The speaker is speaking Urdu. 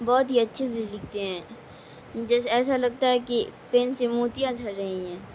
بہت ہی اچھے سے لکھتے ہیں جیسے ایسا لگتا ہے کہ پین سے موتیاں جھر رہی ہیں